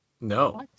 No